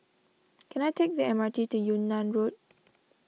can I take the M R T to Yunnan Road